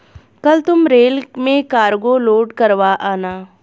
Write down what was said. कल तुम रेल में कार्गो लोड करवा आना